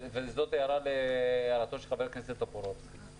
וזו הערה להערתו של חבר הכנסת טופורובסקי